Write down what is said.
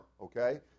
okay